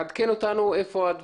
אני יודע עד כמה המועצה תקועה,